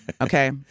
Okay